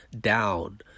down